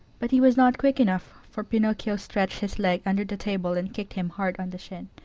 but he was not quick enough, for pinocchio stretched his leg under the table and kicked him hard on the shin.